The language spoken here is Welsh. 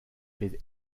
bydd